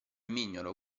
mignolo